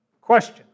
Question